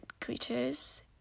creatures